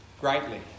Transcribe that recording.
greatly